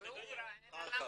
ואוקראינה, נכון,